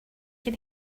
can